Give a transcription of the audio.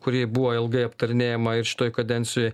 kuri buvo ilgai aptarinėjama ir šitoj kadencijoj